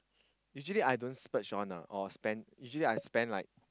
usually I don't splurge on ah or spend usually I spend like